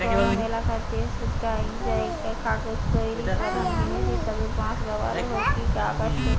গরম এলাকার দেশগায় কাগজ তৈরির প্রধান জিনিস হিসাবে বাঁশ ব্যবহার হইকি আসেটে